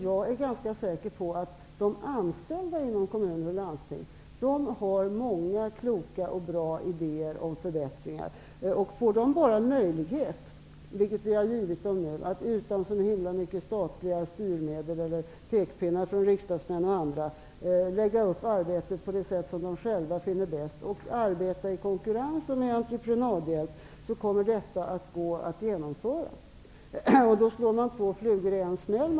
Jag är ganska säker på att de anställda inom kommuner och landsting har många kloka och bra idéer om förbättringar. Får de bara möjlighet, vilket vi har givit dem nu, att utan så himla många statliga styrmedel eller pekpinnar från riksdagsmän och andra lägga upp arbetet på det sätt som de själva finner bäst och arbeta i konkurrens med entreprenörer, så kommer detta att kunna genomföras. Då slår man två flugor i en smäll.